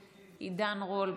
הכנסת עידן רול,